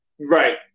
Right